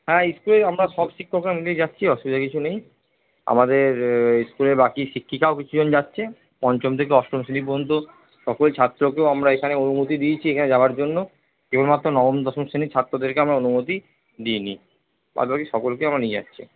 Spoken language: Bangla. হ্যাঁ স্কুলের আমরা সব শিক্ষকরা মিলেই যাচ্ছি অসুবিধা কিছু নেই আমাদের স্কুলের বাকি শিক্ষিকাও কিছুজন যাচ্ছে পঞ্চম থেকে অষ্টম শ্রেণি পর্যন্ত সকল ছাত্রকেও আমরা এখানে অনুমতি দিয়েছি এখানে যাওয়ার জন্য কেবলমাত্র নবম দশম শ্রেণির ছাত্রদেরকে আমরা অনুমতি দিইনি বাদবাকি সকলকে আমরা নিয়ে যাচ্ছি